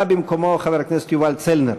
בא במקומו חבר הכנסת יובל צלנר.